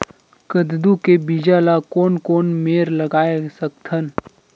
कददू के बीज ला कोन कोन मेर लगय सकथन?